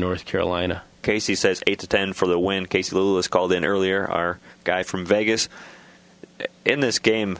north carolina casey says eight to ten for the when casey was called in earlier our guy from vegas in this game